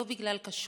לא בגלל כשרות.